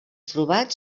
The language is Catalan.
trobats